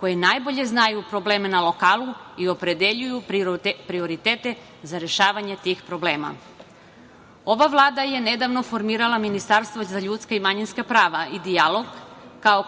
koje najbolje znaju probleme na lokalu i opredeljuju prioritete za rešavanje tih problema. Ova Vlada je nedavno formirala Ministarstvo za ljudska i manjinska prava i dijalog, kao